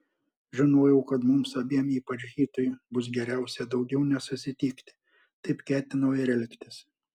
žinojau kad mums abiem ypač hitui bus geriausia daugiau nesusitikti taip ketinau ir elgtis